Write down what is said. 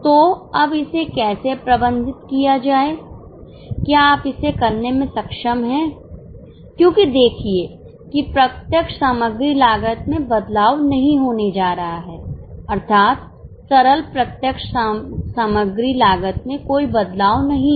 तो अब इसे कैसे प्रबंधित किया जाए क्या आप इसे करने में सक्षम हैं क्योंकि देखिए कि प्रत्यक्ष सामग्री लागत में बदलाव नहीं होने जा रहा है अर्थात सरल प्रत्यक्ष सामग्री लागत में कोई बदलाव नहीं है